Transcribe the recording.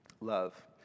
love